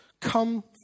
Come